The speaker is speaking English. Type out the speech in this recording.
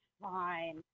fine